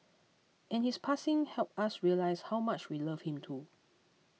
and his passing helped us realise how much we loved him too